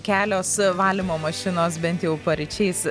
kelios valymo mašinos bent jau paryčiais